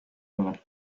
woman